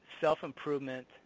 self-improvement